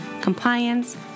compliance